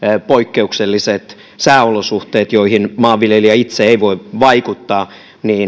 poikkeukselliset sääolosuhteet joihin maanviljelijät itse eivät voi vaikuttaa